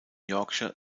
yorkshire